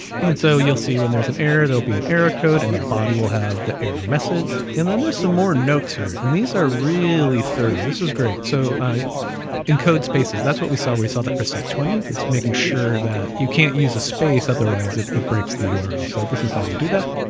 and so you'll see when there's an error, there'll be an error code, and the body will have the error message, and then there's some more notes here, and these are really thorough. this is great. so in code spaces, that's what we saw. we saw that twenty. it's making sure that you can't use a space, otherwise it breaks the url. so this is how you do that.